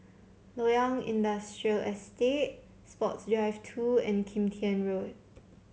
Loyang Industrial Estate Sports Drive Two and Kim Tian Road